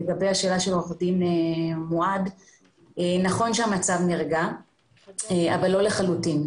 לגבי השאלה של עורך הדין מועד - נכון שהמצב נרגע אבל לא לחלוטין.